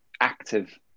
active